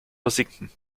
versinken